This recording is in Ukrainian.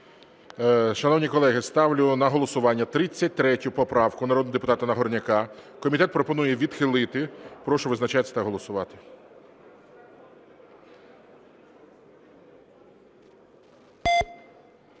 Шановні колеги, ставлю на голосування 33 поправку народного депутата Нагорняка. Комітет пропонує її відхилити. Прошу визначатися та голосувати.